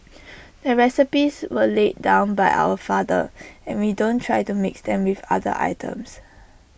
the recipes were laid down by our father and we don't try to mix them with other items